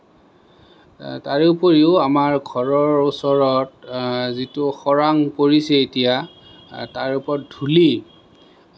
তাৰোপৰিও আমাৰ ঘৰৰ ওচৰত যিটো খৰাং পৰিছে এতিয়া তাৰ ওপৰত ধূলি